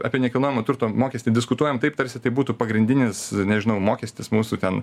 apie nekilnojamo turto mokestį diskutuojam taip tarsi tai būtų pagrindinis nežinau mokestis mūsų ten